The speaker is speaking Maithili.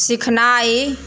सीखनाइ